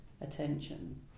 attention